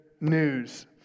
news